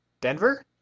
Denver